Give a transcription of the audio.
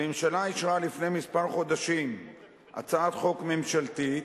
הממשלה אישרה לפני כמה חודשים הצעת חוק ממשלתית,